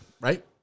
right